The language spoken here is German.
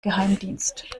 geheimdienst